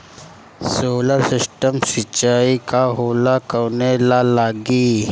Solar system सिचाई का होला कवने ला लागी?